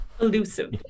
Elusive